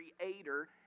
creator